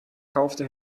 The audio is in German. kaufte